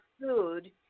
food